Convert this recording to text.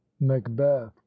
macbeth